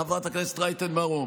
חברת הכנסת רייטן מרום?